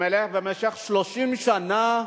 במשך 30 שנה,